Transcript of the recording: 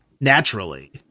naturally